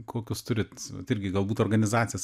kokius turit vat irgi galbūt organizacijas